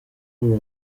uwo